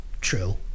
true